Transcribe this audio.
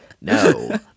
No